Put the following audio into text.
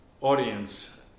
audience